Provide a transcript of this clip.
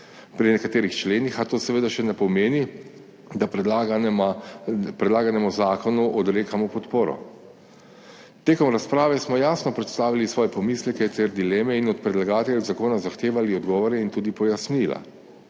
pri nekaterih členih, a to seveda še ne pomeni, da predlaganemu zakonu odrekamo podporo. Tekom razprave smo jasno predstavili svoje pomisleke ter dileme in od predlagateljev zakona zahtevali odgovore in tudi pojasnila.